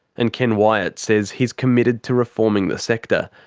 and ken wyatt says he's committed to reforming the sector.